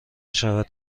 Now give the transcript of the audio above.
شود